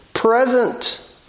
Present